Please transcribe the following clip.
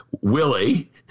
Willie